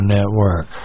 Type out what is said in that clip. Network